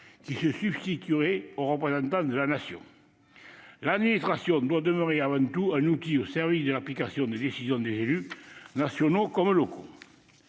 qui se substituerait aux représentants de la Nation. L'administration doit demeurer avant tout un outil au service de l'application des décisions des élus, nationaux comme locaux.